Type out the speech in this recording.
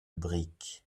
briques